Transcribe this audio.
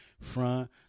front